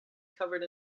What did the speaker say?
covered